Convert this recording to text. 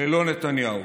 ללא נתניהו.